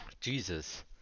Jesus